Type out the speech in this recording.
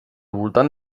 voltant